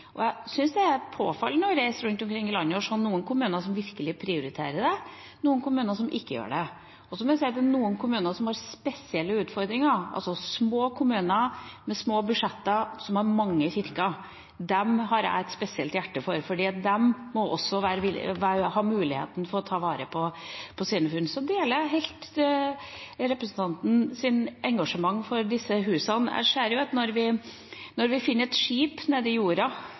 Jeg syns det er påfallende, når jeg reiser rundt i landet, å se at det er noen kommuner som virkelig prioriterer det, og noen kommuner som ikke gjør det. Så vil jeg si at det er noen kommuner som har spesielle utfordringer; altså små kommuner med små budsjetter og som har mange kirker. Dem har jeg et spesielt hjerte for, for de må også ha muligheten til å ta vare på sine hus. Jeg deler helt og fullt representantens engasjement for disse husene. Jeg ser jo at når vi finner et skip nede i jorda